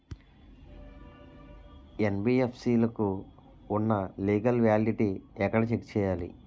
NBFC లకు ఉన్నా legal validity ఎక్కడ చెక్ చేయాలి?